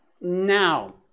now